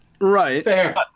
Right